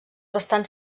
bastant